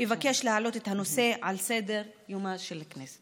אבקש להעלות את הנושא על סדר-יומה של הכנסת.